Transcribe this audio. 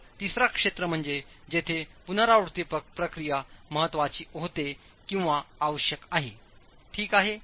तर तिसरा क्षेत्र म्हणजे जिथे पुनरावृत्ती प्रक्रिया महत्वाची होते किंवा आवश्यक आहे ठीक आहे